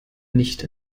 nicht